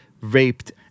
raped